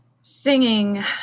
Singing